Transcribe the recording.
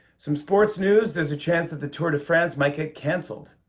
some sports news there's a chance that the tour de france might get canceled.